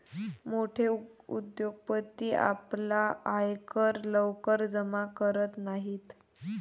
मोठे उद्योगपती आपला आयकर लवकर जमा करत नाहीत